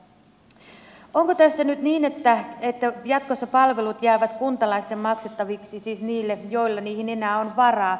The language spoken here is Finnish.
onko tässä nyt niin että jatkossa palvelut jäävät kuntalaisten maksettaviksi siis niille joilla niihin enää on varaa